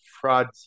fraud